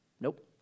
Nope